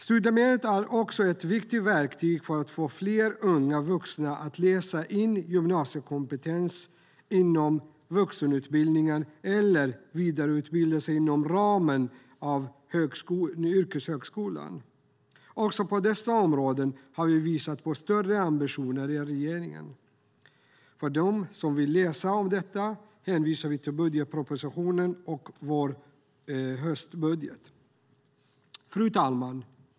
Studiemedlet är också ett viktigt verktyg för att få fler unga vuxna att läsa in gymnasiekompetens inom vuxenutbildningen eller vidareutbilda sig inom ramen för yrkeshögskolan. Också på dessa områden har Miljöpartiet visat på större ambitioner än regeringen. För dem som vill läsa om detta hänvisar jag till budgetpropositionen och vår höstbudget. Fru talman!